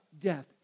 death